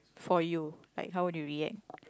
for you like how would you react